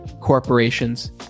corporations